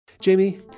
Jamie